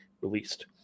released